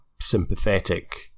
sympathetic